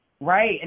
Right